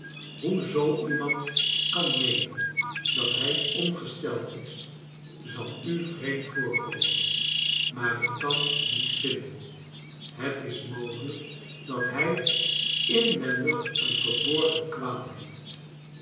hoe zoo iemand kaa meeaea dat hij ongesteld is zal u vreemd voorkomea maar ik kan nieta viadea het is mogelijk dat hij iaweadig een verborgea kwaal heeft